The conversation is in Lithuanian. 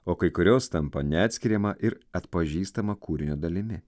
o kai kurios tampa neatskiriama ir atpažįstama kūrinio dalimi